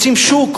רוצים שוק,